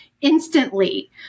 instantly